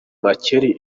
makeri